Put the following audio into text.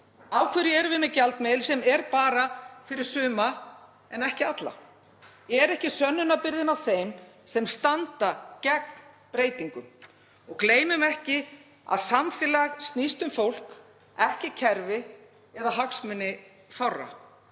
hverju erum við með gjaldmiðil sem er bara fyrir suma en ekki alla? Er ekki sönnunarbyrðin á þeim sem standa gegn breytingum? Gleymum ekki að samfélag snýst um fólk, ekki kerfi eða hagsmuni fárra.